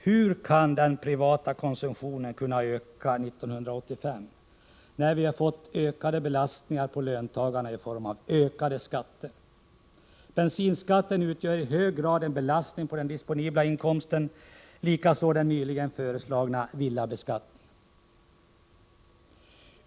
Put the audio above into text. Hur kan den privata konsumtionen öka 1985 när vi har fått ökade belastningar på löntagarna i form av höjda skatter? Bensinskatten utgör i hög grad en belastning på den disponibla inkomsten, likaså den nyligen föreslagna villabeskattningen.